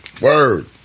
Word